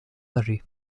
âgées